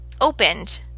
opened